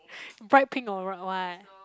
bright pink alright what